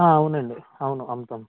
అవును అండి అవును అమ్ముతాము